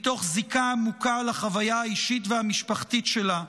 מתוך זיקה עמוקה לחוויה האישית והמשפחתית שלה,